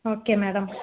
okay madam